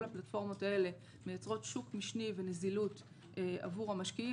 הפלטפורמות האלה מייצרות שוק משני ונזילות עבור המשקיעים,